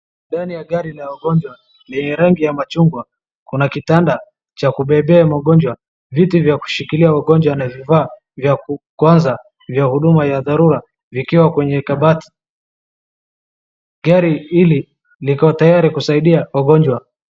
Ndani ya gari la wagonjwa ni rangi ya machungwa. Kuna kitanda cha kubeba wagonjwa, viti vya kushikilia wagonjwa na vifaa vya kwanza vya huduma ya dharura vikiwa kwenye kabati. Gari hili liko tayari kusaidia wagonjwa.